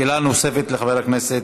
שאלה נוספת לחבר הכנסת